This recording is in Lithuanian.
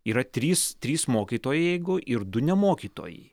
yra trys trys mokytojai jeigu ir du ne mokytojai